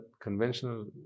conventional